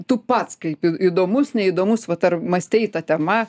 tu pats kaip į įdomus neįdomus vat ar mąstei ta tema